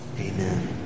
Amen